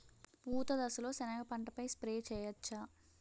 పూత దశలో సెనగ పంటపై స్ప్రే చేయచ్చా?